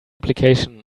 application